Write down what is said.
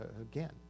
again